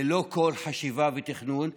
ללא כל חשיבה ותכנון,